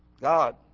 God